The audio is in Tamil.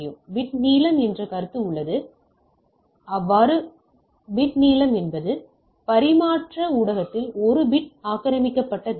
பிட் நீளம் என்ற கருத்து உள்ளது பிட் நீளம் என்பது பரிமாற்ற ஊடகத்தில் 1 பிட் ஆக்கிரமிக்கப்பட்ட தூரம்